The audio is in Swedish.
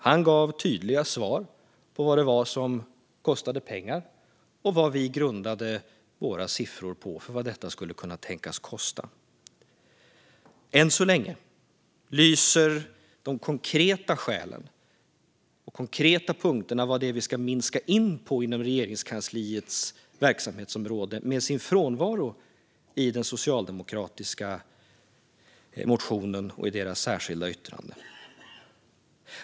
Han gav tydliga svar på vad det var som kostade pengar och vad våra siffror på vad detta skulle kunna tänkas kosta grundades på. Än så länge lyser de konkreta skälen och punkterna på vad vi ska minska på inom Regeringskansliets verksamhetsområde med sin frånvaro i den socialdemokratiska motionen och i deras särskilda yttrande.